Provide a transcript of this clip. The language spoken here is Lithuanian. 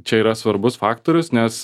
čia yra svarbus faktorius nes